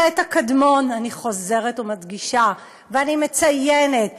החטא הקדמון, אני חוזרת ומדגישה ואני מציינת,